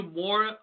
more